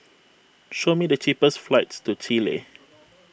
show me the cheapest flights to Chile